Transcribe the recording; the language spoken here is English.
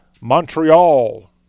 Montreal